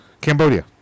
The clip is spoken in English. Cambodia